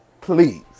please